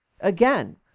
Again